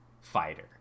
fighter